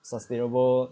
sustainable